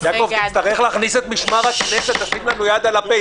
תצטרך להכניס את משמר הכנסת לשים לנו יד על הפה.